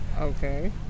Okay